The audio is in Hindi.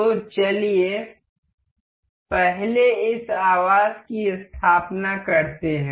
तो चलिए पहले इस आवास की स्थापना करते हैं